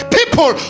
people